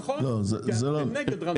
נכון, ואנחנו נגד רנדומלי.